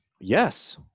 Yes